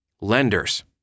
Lenders